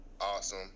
awesome